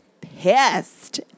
pissed